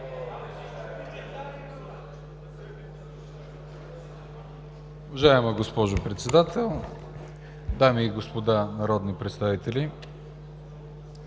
Уважаема госпожо Председател, дами и господа народни представители!